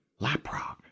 Laprock